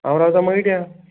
हांव रावता मयद्यां